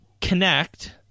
Connect